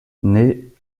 naît